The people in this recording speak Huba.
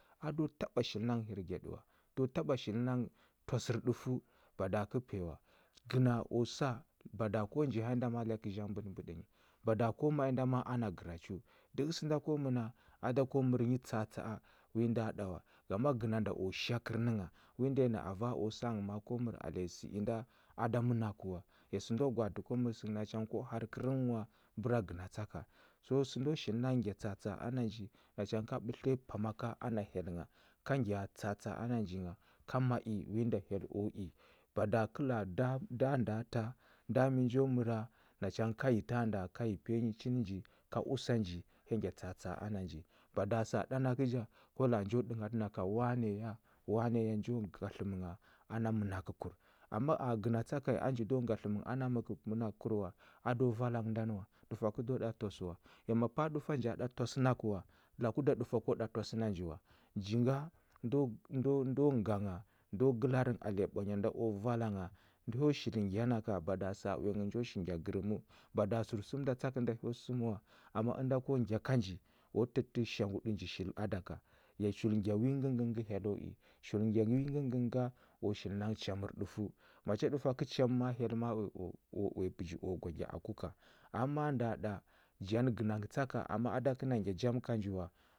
A do taɓa shili na nghə hirgyaɗə wa. Do taɓa shil na nghə twasər ɗufəu bada kə piya wa. Gəna o sa bada ko nji hanyi nda a a lya kə zhang mbəɗə mbəɗə nyi. Bada ko ma i nda ma a ana gərachəu. Dəhə səna nda ko məna a da ko mər nyi tsa atsa a wi nda ɗa wa. Gama gəna nda o shakər nə ngha. Wi nda yi na ava o sa nghə ma a ko mər alenyi sə inda a da mənakə wa, ya səndo gwaatə ko mər sə nacha ngə ko har kərnghə nghwa bəra gəna tsa ka. So səno shil na ngya tsa atsa a ana nji, nacha ngə ka ɓətliya pama ka ana hyel ngha. Ka ngya tsa atsa a na nji ngha, ka ma i wi nda hyel o i. Bada kə laa da nda ndəa tah, nda mi njo məra, nacha ngə ka yi tanda ka yi piya nyi chin nji ka usa nji, hya ngya tsa atsa a ana nji. bada sa ɗa na kə ja, ko la a njo ɗənghatə na ka, wane ya wane ya njo nga tləm ngha ana mənakəkur. Amma a gəna tsa ka ya a nji do nga tləm nghə ana məkəkə mənakur wa, a do vala nghə ndan wa. Ɗufwa kə do ɗa twasə wa, ya ma paa ɗufwa nja ɗa twas na kə wa, laku da ɗufwa ko ɗa twas na nji wa. Nji nga ndo ndo ndo nga ngha, ndo gəlar nghə alenya ɓwanya nda o vala ngha. Ndo shili ngya na ka bada sa uya ngha njo shi ngya gərəməu. Bada sərsum da tsa kə nda hyo səm wa, amma ənda ko ngya ka nji, o təttə shanguɗu nji shil a da ka, ya chul ngya wi ngəngə ngə hyelləu i. Chul ngya ngəngə ngə nga, o shil na nghə chamər ɗufəu. Macha ɗufwa kə cham ma hyel ma o o uya bəji u gwa ngya aku ka. Am ma nda ɗa, janə gəna ngə tsa ka amma a da kə na ngya jam ka nji wa.